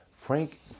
Frank